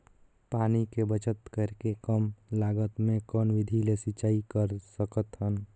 पानी के बचत करेके कम लागत मे कौन विधि ले सिंचाई कर सकत हन?